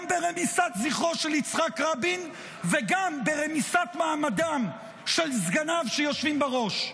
גם ברמיסת זכרו של יצחק רבין וגם ברמיסת מעמדם של סגניו שיושבים בראש.